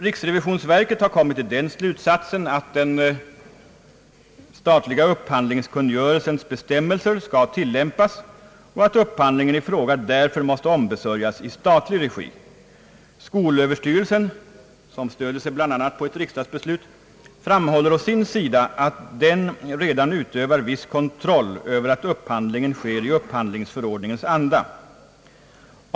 Riksrevisionsverket har kommit till slutsatsen att den statliga upphandlingskungörelsens bestämmelser skall tillämpas och att upphandlingen i fråga därför måste ombesörjas i statlig regi. Skolöverstyrelsen, som stöder sig bl.a. på ett riksdagsbeslut, framhåller å sin sida att den redan utövar viss kontroll över att upphandlingen sker i upphandlingsförordningens anda.